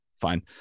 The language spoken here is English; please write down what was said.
Fine